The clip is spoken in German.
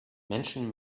menschen